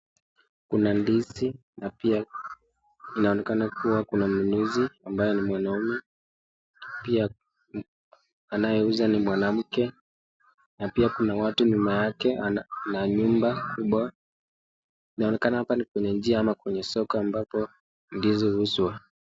Kuna ndizi na pia inaonekana kuwa kuna mnunuzi ambaye ni mwanaume pia anayeuza ni mwanamke na pia kuna watu nyuma yake na nyumba kubwa, inaonekana hapa ni kwenye njia ama kwenye soko ambapo ndizi uuzwa.